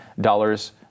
Dollars